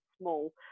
small